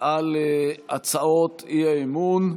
על הצעות האי-אמון.